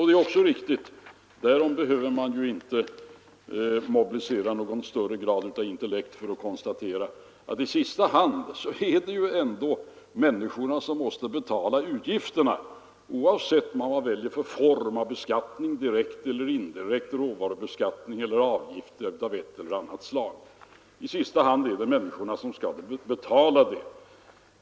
Det är också riktigt — man behöver inte mobilisera någon högre grad av intellekt för att konstatera det — att oavsett vad man väljer för form av beskattning, direkt eller indirekt, råvarubeskattning eller avgifter av ett eller annat slag, är det i sista hand människorna som skall betala.